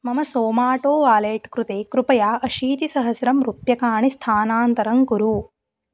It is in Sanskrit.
मम सोमाटो वालेट् कृते कृपया अशीतिसहस्रं रूप्यकाणि स्थानान्तरं कुरु